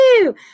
woo